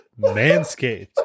Manscaped